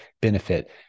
benefit